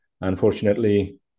Unfortunately